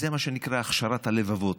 זה מה שנקרא הכשרת הלבבות.